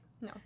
No